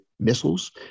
missiles